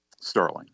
Sterling